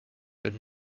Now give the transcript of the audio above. good